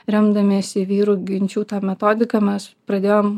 remdamiesi vyrų genčių ta metodika mes pradėjom